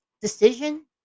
decision